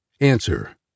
Answer